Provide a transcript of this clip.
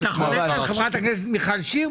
אתה חולק על חברת הכנסת מיכל שיר?